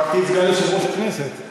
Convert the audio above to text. חשבתי: את סגן יושב-ראש הכנסת.